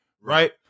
right